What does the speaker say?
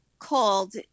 called